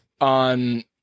on